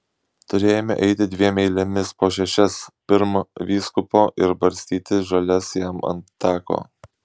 turėjome eiti dviem eilėmis po šešias pirm vyskupo ir barstyti žoles jam ant tako